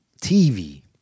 TV